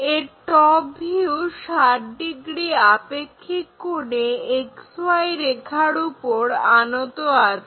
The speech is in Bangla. এর টপ ভিউ 60° আপেক্ষিক কোণে XY রেখার উপর আনত আছে